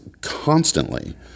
constantly